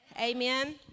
Amen